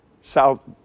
South